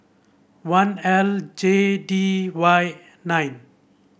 one L J D Y nine